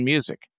Music